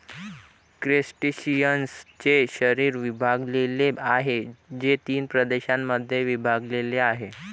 क्रस्टेशियन्सचे शरीर विभागलेले आहे, जे तीन प्रदेशांमध्ये विभागलेले आहे